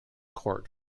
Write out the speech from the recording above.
court